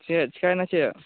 ᱪᱮᱫ ᱪᱤᱠᱟᱭᱱᱟ ᱪᱮᱫ